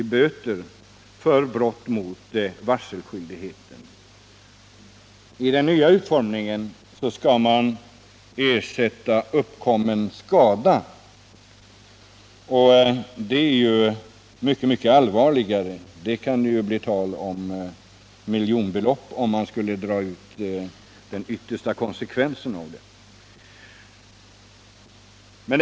i böter för brott mot varselskyldigheten. Enligt de nya bestämmelserna skall man ersätta uppkommen skada, och det är mycket allvarligare. Det kan ju bli tal om miljonbelopp, om man nu drar de yttersta konsekvenserna av bestämmelserna.